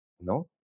No